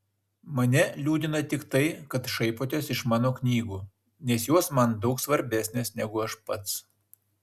mane liūdina tik tai kad šaipotės iš mano knygų nes jos man daug svarbesnės negu aš pats